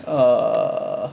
err